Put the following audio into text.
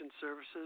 services